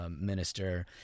minister